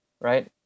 right